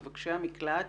מבקש המקלט,